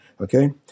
okay